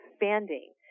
expanding